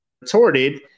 retorted